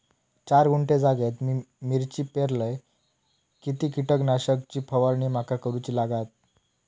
चार गुंठे जागेत मी मिरची पेरलय किती कीटक नाशक ची फवारणी माका करूची लागात?